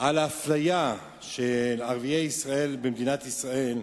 על האפליה של ערביי ישראל במדינת ישראל,